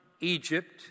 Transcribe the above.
Egypt